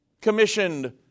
commissioned